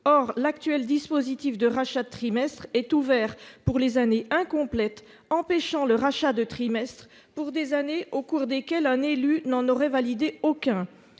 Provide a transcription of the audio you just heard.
Or l'actuel dispositif de rachat de trimestres étant ouvert pour les années incomplètes, il empêche le rachat de trimestres pour les années au cours desquelles un élu n'en aurait validé aucun.